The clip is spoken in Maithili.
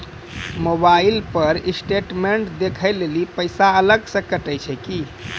मोबाइल पर स्टेटमेंट देखे लेली पैसा अलग से कतो छै की?